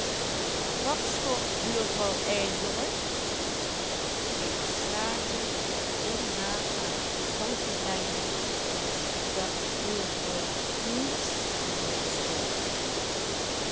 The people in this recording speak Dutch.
wat schort buurvrouw eindelijk ik slaagde er in haar aan t verstand te brengen dat buurvrouw niets meer